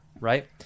right